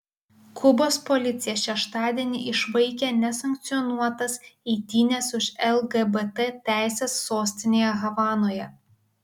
kubos policija šeštadienį išvaikė nesankcionuotas eitynes už lgbt teises sostinėje havanoje